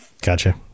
Gotcha